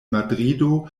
madrido